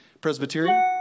Presbyterian